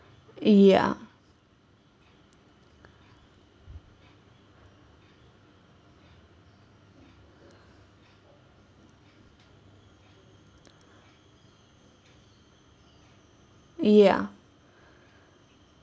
ya ya